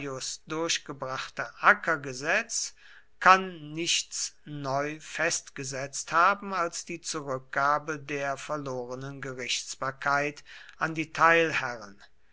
durchgebrachte ackergesetz kann nichts neu festgesetzt haben als die zurückgabe der verlorenen gerichtsbarkeit an die teilherren